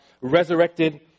resurrected